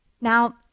Now